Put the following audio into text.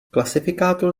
klasifikátor